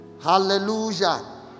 hallelujah